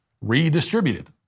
redistributed